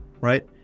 right